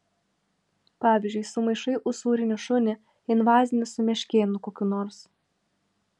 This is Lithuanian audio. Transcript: pavyzdžiui sumaišai usūrinį šunį invazinį su meškėnu kokiu nors